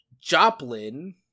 Joplin